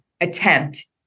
attempt